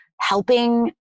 helping